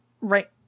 right